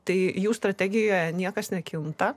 tai jų strategija niekas nekinta